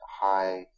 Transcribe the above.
high